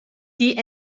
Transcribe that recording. die